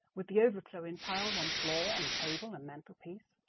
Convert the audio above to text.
with the overflow in piles on floor and table and mantelpiece